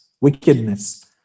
wickedness